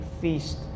feast